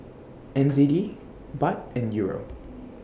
N Z D Baht and Euro